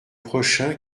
prochain